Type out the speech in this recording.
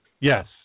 Yes